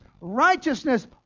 Righteousness